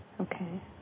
Okay